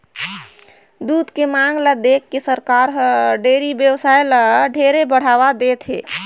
दूद के मांग ल देखके सरकार हर डेयरी बेवसाय ल ढेरे बढ़ावा देहत हे